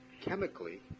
chemically